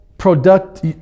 product